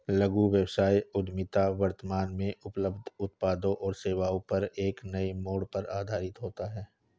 लघु व्यवसाय उद्यमिता वर्तमान में उपलब्ध उत्पादों और सेवाओं पर एक नए मोड़ पर आधारित होता है